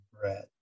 bread